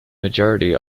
majority